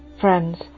Friends